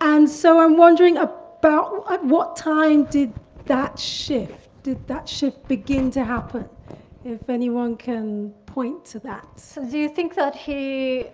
and so i'm wondering ah about what what time did that shift did that shift begin to happen if anyone can point to that. so do you think that he,